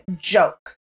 joke